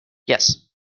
yes